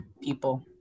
people